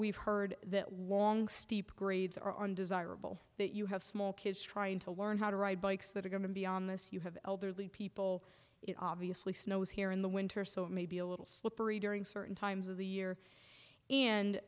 we've heard that warning steep grades are undesirable that you have small kids trying to learn how to ride bikes that are going to be on this you have elderly people it obviously snows here in the winter so it may be a little slippery during certain times of the year and